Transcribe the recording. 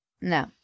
No